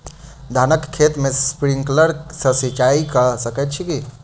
धानक खेत मे स्प्रिंकलर सँ सिंचाईं कऽ सकैत छी की?